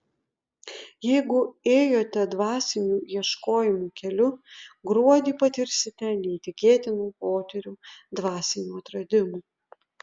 jeigu ėjote dvasinių ieškojimų keliu gruodį patirsite neįtikėtinų potyrių dvasinių atradimų